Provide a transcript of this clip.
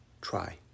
Try